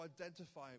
identify